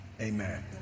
amen